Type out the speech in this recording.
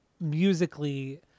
musically